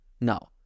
Now